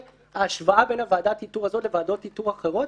ההשוואה בין ועדת האיתור הזאת לוועדות איתור אחרות